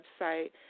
website